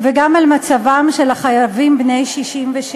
וגם על מצבם של החייבים בני 67,